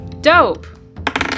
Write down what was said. Dope